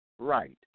Right